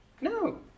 No